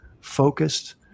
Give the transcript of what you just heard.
focused